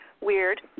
weird